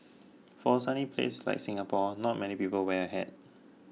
for a sunny place like Singapore not many people wear a hat